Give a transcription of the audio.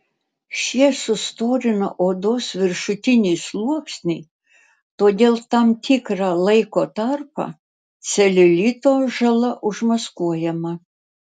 šie sustorina odos viršutinį sluoksnį todėl tam tikrą laiko tarpą celiulito žala užmaskuojama